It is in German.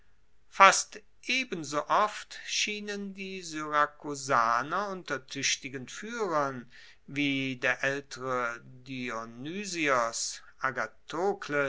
fast ebenso oft schienen die syrakusaner unter tuechtigen fuehrern wie der aeltere